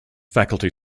faculty